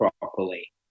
properly